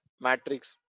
matrix